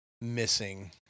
missing